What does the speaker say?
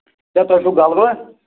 تۄہہِ چھُو غَلبہٕ